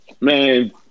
Man